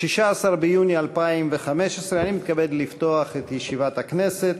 16 ביוני 2015. אני מתכבד לפתוח את ישיבת הכנסת.